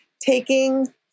taking